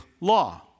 law